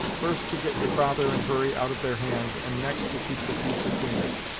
first to get your father and hurry out of their hands, and next to keep the peace atween us,